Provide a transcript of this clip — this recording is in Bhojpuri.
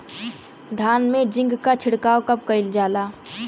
धान में जिंक क छिड़काव कब कइल जाला?